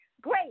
great